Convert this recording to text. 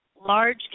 large